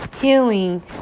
healing